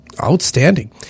Outstanding